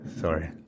sorry